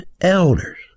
elders